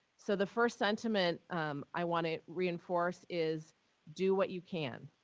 so, the first sentiment i want to reinforce is do what you can.